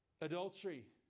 Adultery